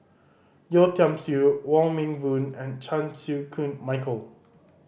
Yeo Tiam Siew Wong Meng Voon and Chan Chew Koon Michael